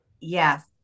Yes